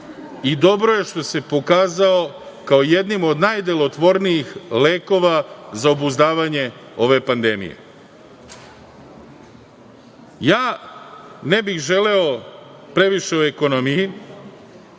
i dobro je što se pokazao kao jednim od najdelotvornijih lekova za obuzdavanje ove pandemije. Ja ne bih želeo previše o ekonomiji,